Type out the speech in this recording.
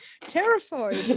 Terrified